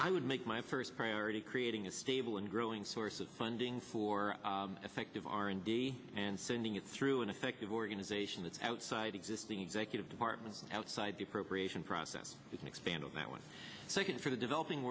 i would make my first priority creating a stable and growing source of funding for effective r and d and sending it through an effective organization that's outside existing executive department outside the appropriations process is expanding that one second for the developing